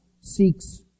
seeks